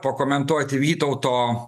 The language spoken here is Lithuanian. pakomentuoti vytauto